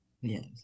Yes